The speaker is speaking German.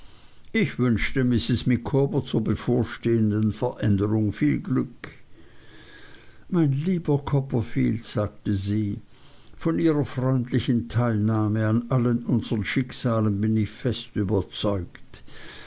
ich wünschte mrs micawber zur bevorstehenden veränderung viel glück mein lieber mr copperfield sagte sie von ihrer freundlichen teilnahme an allen unseren schicksalen bin ich fest überzeugt